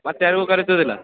ಮತ್ತು ಯಾರಿಗು ಕರಿಸೋದಿಲ್ಲ